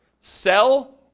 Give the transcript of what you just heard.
sell